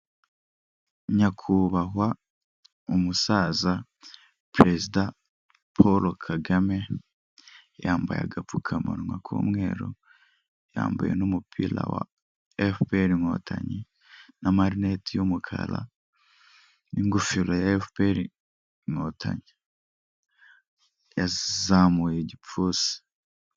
Nyakubahwa umusaza perezida Paul Kagame, yambaye agapfukamunwa k'umweru, yambaye n'umupira wa FPR inkotanyi n'amarineti y'umukara n'ingofero ya FPR inkotanyi. Yazamuye igipfunsi.